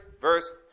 verse